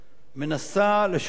מנסה לשכנע